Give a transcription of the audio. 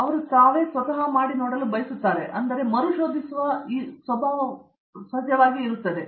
ಅವರು ಮತ್ತೆ ತಮ್ಮನ್ನು ಮಾಡಲು ಬಯಸುತ್ತಾರೆ ಅದು ಮಾರ್ಗದರ್ಶಿಯಾಗಿರುತ್ತದೆ